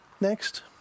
next